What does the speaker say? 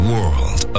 World